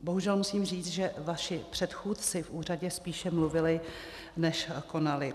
Bohužel musím říct, že vaši předchůdci v úřadě spíše mluvili, než konali.